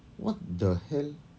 what the hell